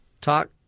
Talk